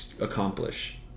accomplish